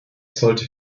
sollte